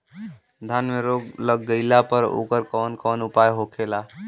धान में रोग लग गईला पर उकर कवन कवन उपाय होखेला?